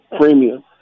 premium